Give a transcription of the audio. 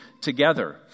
together